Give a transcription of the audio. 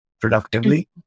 productively